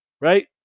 right